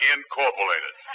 Incorporated